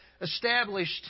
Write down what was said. established